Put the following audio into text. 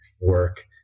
work